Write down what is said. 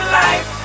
life